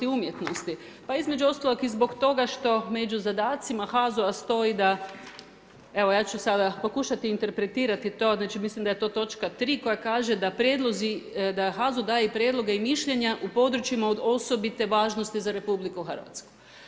Pa između ostalog i zbog toga što među zadacima HAZU-a stoji da evo ja ću sada pokušati interpretirati to, znači mislim da je to točka 3. koja kaže da prijedlozi, da HAZU daje i prijedloge i mišljenja u područjima od osobite važnosti za RH.